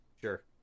Sure